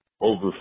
over